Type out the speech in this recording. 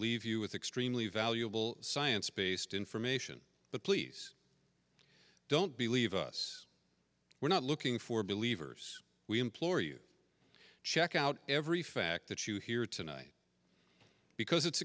leave you with extremely valuable science based information but please don't believe us we're not looking for believers we implore you to check out every fact that you hear tonight because it's